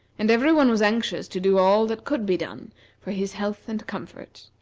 and every one was anxious to do all that could be done for his health and comfort.